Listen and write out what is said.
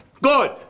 Good